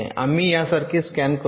आम्ही यासारखे स्कॅन करतो